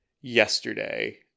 yesterday